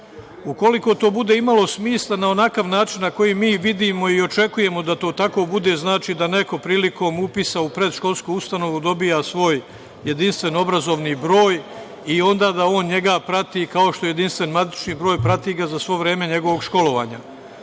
ukoliko to bude imalo smisla na onakav način na koji mi vidimo i očekujemo da to tako bude, znači da neko prilikom upisa u predškolsku ustanovu dobija svoj jedinstven obrazovni broj i onda da on njega prati kao što je jedinstven matični broj, prati ga za sve vreme njegovog školovanja.